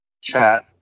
chat